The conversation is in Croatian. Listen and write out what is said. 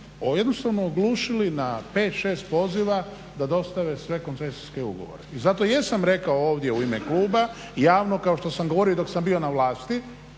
jednostavno oglušili na pet, šest poziva da dostave sve koncesijske ugovore. I zato i jesam rekao ovdje u ime kluba javno, kao što sam govorio i dok sam bio na vlasti,